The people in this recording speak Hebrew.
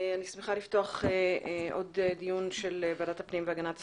אני שמחה לפתוח עוד דיון של ועדת הפנים והגנת הסביבה.